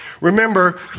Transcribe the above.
Remember